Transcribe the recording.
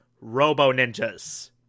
robo-ninjas